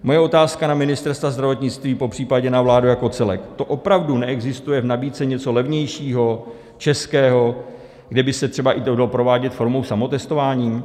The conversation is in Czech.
Moje otázka na ministra zdravotnictví, popřípadě na vládu jako celek: To opravdu neexistuje v nabídce něco levnějšího, českého, kde by se to třeba dalo provádět formou samotestování?